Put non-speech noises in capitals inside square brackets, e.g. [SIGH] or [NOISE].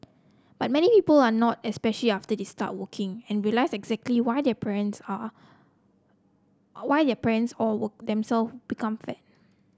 but many people are not especially after they start working and realise exactly why their parents are why their parents or [UNINTELLIGIBLE] become fat